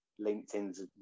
LinkedIn's